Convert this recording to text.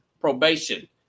probation